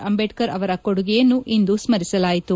ಅಂಬೇಡ್ಕರ್ ಅವರ ಕೊಡುಗೆಯನ್ನು ಇಂದು ಸ್ಮರಿಸಲಾಯಿತು